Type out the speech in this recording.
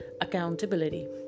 accountability